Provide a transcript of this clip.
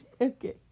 Okay